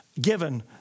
given